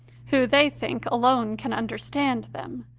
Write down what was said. who, they think, alone can understand them,